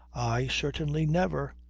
i certainly never.